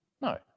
No